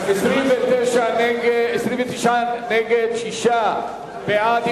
29 נגד, שישה בעד.